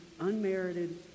unmerited